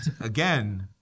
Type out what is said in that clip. again